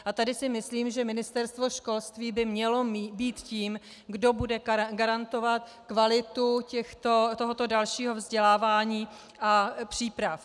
A tady si myslím, že Ministerstvo školství by mělo být tím, kdo bude garantovat kvalitu tohoto dalšího vzdělávání a příprav.